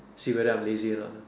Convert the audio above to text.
see whether I'm lazy or not lah